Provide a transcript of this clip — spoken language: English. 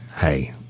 hey